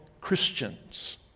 Christians